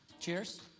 Cheers